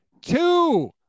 Two